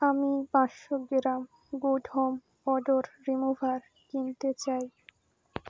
আমি পাঁচশো gram good home odour remover কিনতে চাই